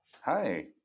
hi